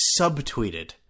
subtweeted